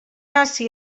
hasi